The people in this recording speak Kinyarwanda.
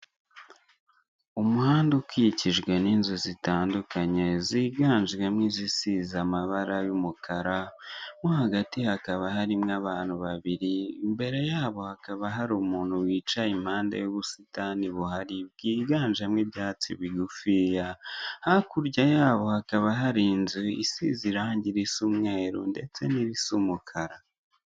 Uruganda rw'amata, utubuni turi mu gatajeri rw'ibara ry'umweru turimo amata, igikoresho babikamo amata kiri iruhande rwabyo.